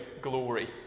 glory